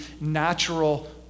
natural